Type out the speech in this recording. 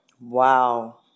Wow